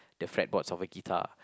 the fretboards of a guitar